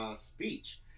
speech